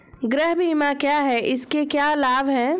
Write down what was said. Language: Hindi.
गृह बीमा क्या है इसके क्या लाभ हैं?